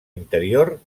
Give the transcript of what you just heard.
interior